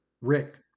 Rick